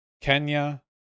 Kenya